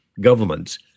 governments